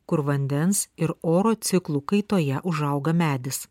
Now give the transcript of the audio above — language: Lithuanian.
kur vandens ir oro ciklų kaitoje užauga medis